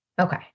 Okay